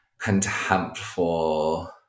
contemptful